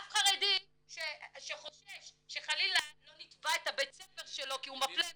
אף חרדי שחושש שחלילה לא נתבע את בית הספר שלו כי הוא מפלה מזרחיות,